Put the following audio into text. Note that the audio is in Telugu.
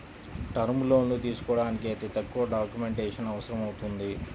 టర్మ్ లోన్లు తీసుకోడానికి అతి తక్కువ డాక్యుమెంటేషన్ అవసరమవుతుంది